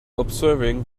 observing